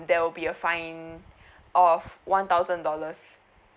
there will be a fine of one thousand dollars